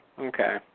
Okay